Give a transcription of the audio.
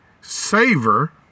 savor